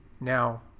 Now